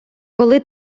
коли